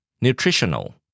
nutritional